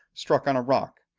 struck on a rock,